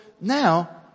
Now